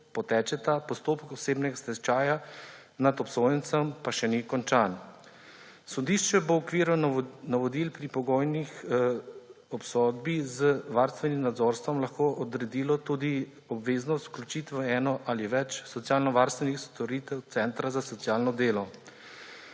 potečeta, postopek osebnega stečaja nad obsojencem pa še ni končan. Sodišče bo v okviru navodil pri pogojni obsodbi z varstvenim nadzorstvom lahko odredilo tudi obveznost vključitve v eno ali več socialnovarstvenih storitev centra za socialno delo.